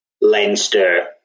Leinster